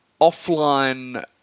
offline